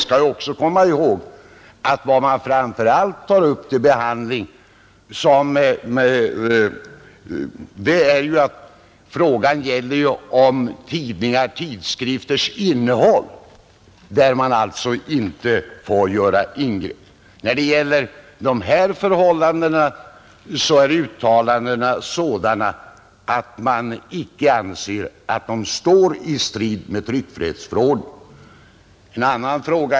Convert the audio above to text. Man skall komma ihåg att det är i fråga om tidningars och tidskrifters innehåll som det inte får göras några ingrepp. De uttalanden om de tryckfrihetsrättsliga frågorna som återges i bilaga till betänkandet visar, att det föreslagna presstödet inte kan anses stå i strid mot tryckfrihetsförordningen.